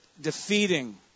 defeating